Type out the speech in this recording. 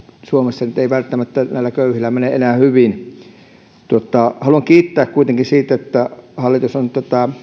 suomessa ei nyt välttämättä köyhillä mene enää hyvin haluan kiittää kuitenkin siitä että hallitus on